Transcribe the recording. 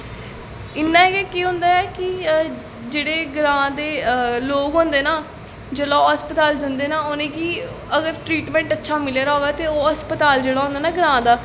इ'यां गै केह् होंदा ऐ कि जेह्ड़े ग्रांऽ दे लोग होंदे ना जिसलै ओह् हस्पताल जंदे ना जिसलै उ'नें गी अगर ट्रीटमैंट अच्छा मिले दा होऐ ना ते ओह् हस्पताल जेह्ड़ा होंदा ना ग्रांऽ दा